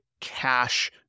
cash